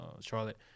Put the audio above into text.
Charlotte